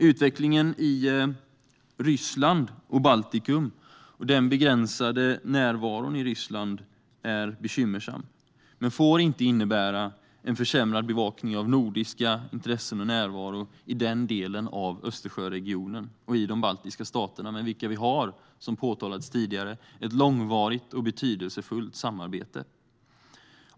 Utvecklingen i Ryssland och Baltikum och den begränsade närvaron i Ryssland är bekymmersam men får inte innebära en försämrad bevakning av nordiska intressen och närvaro i den delen av Östersjöregionen och i de baltiska staterna med vilka vi har - som påtalats tidigare - ett långvarigt och betydelsefullt samarbete.